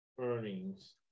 earnings